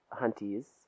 Hunties